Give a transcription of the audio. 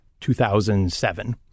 2007